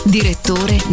Direttore